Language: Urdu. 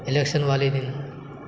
الیکشن والے دن